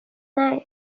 নাই